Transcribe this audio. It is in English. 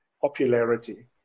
popularity